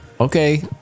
okay